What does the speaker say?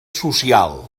social